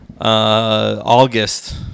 August